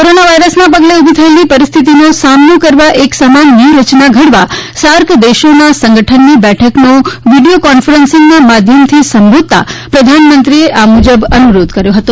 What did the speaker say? corona વાયરસના પગલે ઊભી થયેલી પરિસ્થિતિનો સામનો કરવા એક સમાન વ્યુહરચના ઘડવા સાર્ક દેશોના સંગઠનની બેઠકનો વિડીયો કોન્ફરન્સિંગ માધ્યમથી સંબોધતા પ્રધાનમંત્રીએ આ મુજબ અનુરોધ કર્યો હતો